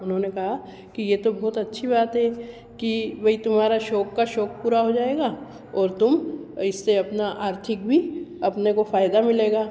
उन्होंने कहा कि यह तो बहुत अच्छी बात है कि वहीं तुम्हारा शौक़ का शौक़ पूरा हो जाएगा ओर तुम इससे अपना आर्थिक भी अपने को फ़ायदा मिलेगा